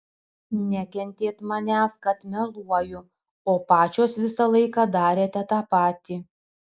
nekentėt manęs kad meluoju o pačios visą laiką darėte tą patį